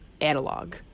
Analog